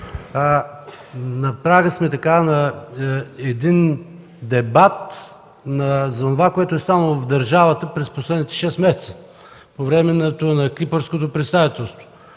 На прага сме на един дебат за онова, което е станало в държавата през последните шест месеца по време на Кипърското председателство.